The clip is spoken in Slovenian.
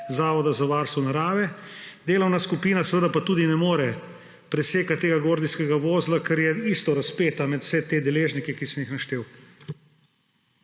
Zavoda za varstvo narave. Delovna skupina pa tudi ne more presekat tega gordijskega vozla, ker je enako razpeta med vse te deležnike, ki sem jih naštel.